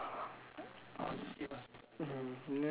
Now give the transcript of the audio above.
mmhmm